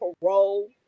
parole